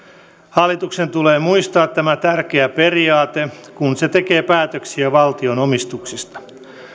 hallituksen tulee muistaa tämä tärkeä periaate kun se tekee päätöksiä valtion omistuksista